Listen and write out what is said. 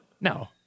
No